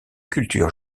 culture